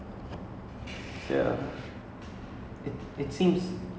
mm okay quite excited for this